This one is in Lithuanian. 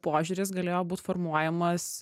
požiūris galėjo būt formuojamas